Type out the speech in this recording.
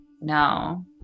no